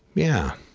yeah.